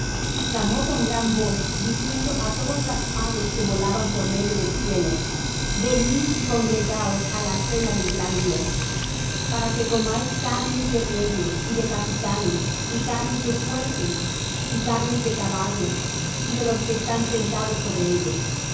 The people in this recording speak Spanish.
y clamó con gran voz diciendo á todas las aves que volaban por medio del cielo venid y congregaos á la cena del gran dios para que comáis carnes de reyes y de capitanes y carnes de fuertes y carnes de caballos y de los que están sentados sobre ellos